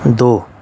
دو